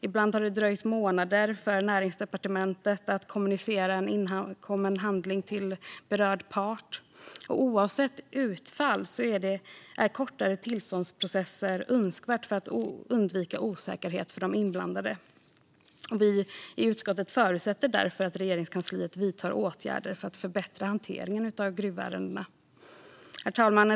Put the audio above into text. Ibland har det dröjt månader för Näringsdepartementet att kommunicera en inkommen handling till berörd part. Oavsett utfall är kortare tillståndsprocesser önskvärda för att undvika osäkerhet för de inblandade. Vi i utskottet förutsätter därför att Regeringskansliet vidtar åtgärder för att förbättra hanteringen av gruvärenden. Herr talman!